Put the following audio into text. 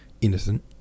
innocent